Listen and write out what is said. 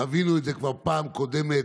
וחווינו את זה כבר בפעם הקודמת,